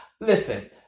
listen